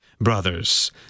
Brothers